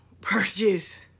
purchase